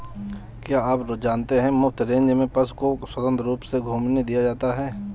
क्या आप जानते है मुफ्त रेंज में पशु को स्वतंत्र रूप से घूमने दिया जाता है?